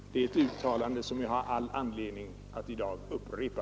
Det är ett uttalande som jag har alla skäl att i dag upprepa.